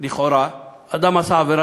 לכאורה אדם עשה עבירה,